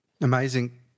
Amazing